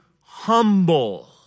humble